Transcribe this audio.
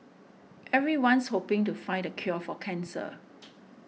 everyone's hoping to find the cure for cancer